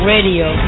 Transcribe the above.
Radio